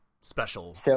special